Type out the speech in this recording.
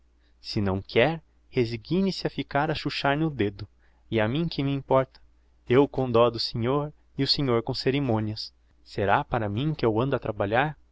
se não quer resigne se a ficar a chuchar no dedo e a mim que me importa eu com dó do senhor e o senhor com ceremonias será para mim que eu ando a trabalhar